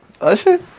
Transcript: Usher